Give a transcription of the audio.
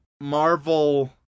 Marvel